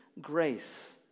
Grace